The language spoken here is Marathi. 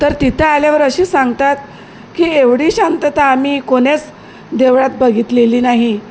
तर तिथं आल्यावर अशी सांगतात की एवढी शांतता आम्ही कोणेच देवळात बघितलेली नाही